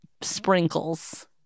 sprinkles